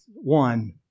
one